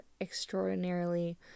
extraordinarily